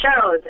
shows